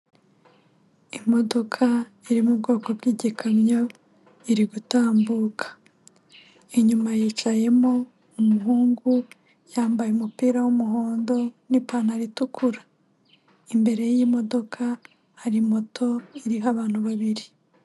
Imodoka iri mu bwoko bw'igikamyo iri gutambuka, inyuma yicayemo umuhungu yambaye umupira w'umuhondo n'ipantaro itukura, imbere y'iyi modoka hari moto iriho abantu babiri.